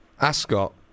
Ascot